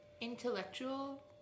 intellectual